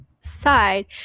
side